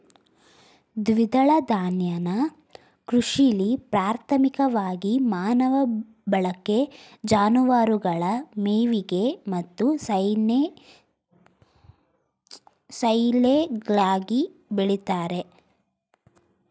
ದ್ವಿದಳ ಧಾನ್ಯನ ಕೃಷಿಲಿ ಪ್ರಾಥಮಿಕವಾಗಿ ಮಾನವ ಬಳಕೆ ಜಾನುವಾರುಗಳ ಮೇವಿಗೆ ಮತ್ತು ಸೈಲೆಜ್ಗಾಗಿ ಬೆಳಿತಾರೆ